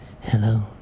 hello